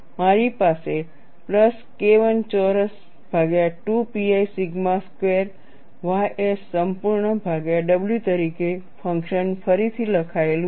મારી પાસે plus KI ચોરસ ભાગ્યા 2 pi સિગ્મા સ્ક્વેર ys સંપૂર્ણ ભાગ્યા w તરીકે ફંક્શન ફરીથી લખાયેલું છે